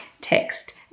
text